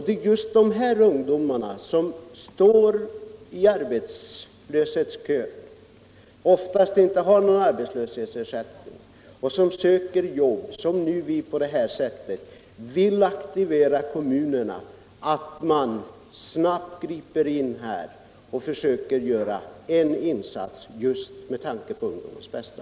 Det är just för dessa ungdomar, som står i arbetssökandekön och oftast inte har någon arbetslöshetsersättning, som vi på det här sättet vill aktivera kommunerna att snabbt gripa in och göra en insats med tanke på ungdomens bästa.